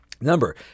Number